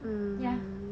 um ya